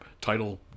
title